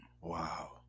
Wow